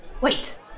Wait